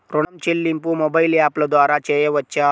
ఋణం చెల్లింపు మొబైల్ యాప్ల ద్వార చేయవచ్చా?